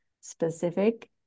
specific